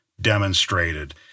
demonstrated